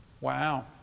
Wow